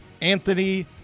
Anthony